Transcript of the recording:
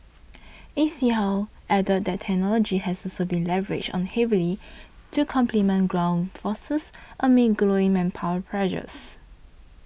A C how added that technology has also been leveraged on heavily to complement ground forces amid growing manpower pressures